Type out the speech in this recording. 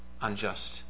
unjust